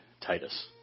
Titus